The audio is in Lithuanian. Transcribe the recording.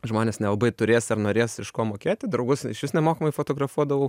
žmonės nelabai turės ar norės iš ko mokėti draugus išvis nemokamai fotografuodavau